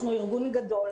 אנחנו ארגון גדול.